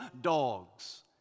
dogs